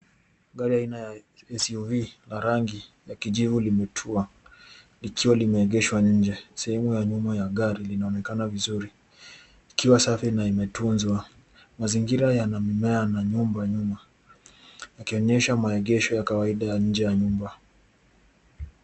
Gari aina ya SUV ya rangi ya kijivu limetua, likiwa limeegeshwa nje. Sehemu ya nyuma ya gari linaonekana vizuri, ikiwa safi na imetunzwa. Mazingira yana mimea na nyumba nyuma, yakionyesha maegesho ya kawaida ya nje ya nyumba.